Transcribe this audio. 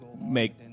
make